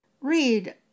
read